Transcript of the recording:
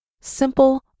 simple